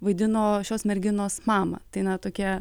vaidino šios merginos mamą tai na tokie